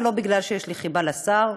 ולא משום שיש לי חיבה לשר,